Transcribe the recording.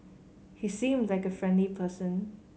he seemed like a friendly person